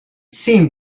seemed